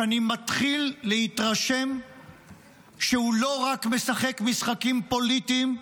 שאני מתחיל להתרשם שהוא לא רק משחק משחקים פוליטיים,